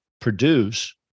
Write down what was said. produce